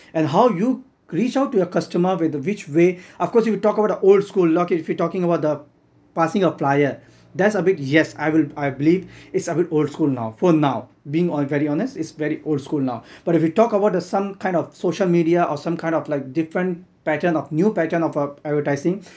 and how you reach out to your costumer with the which way of course you talk about the old school look if you're talking about the passing a flyer that's a big yes I believe it's a bit old school now for now being all very honest it's very old school now but if we talk about the some kind of social media or some kind of like different pattern of new pattern of advertising